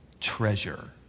treasure